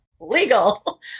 Legal